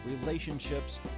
relationships